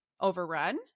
overrun